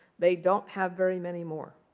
they don't have very many more,